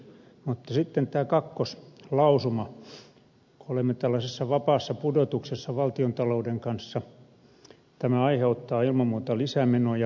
mutta sitten tämä kakkoslausuma kun olemme tällaisessa vapaassa pudotuksessa valtiontalouden kanssa aiheuttaa ilman muuta lisämenoja